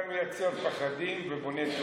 אתה מייצר פחדים ובונה תיאוריות.